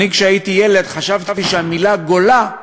כשהייתי ילד חשבתי שהמילה גולה,